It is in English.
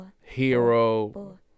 Hero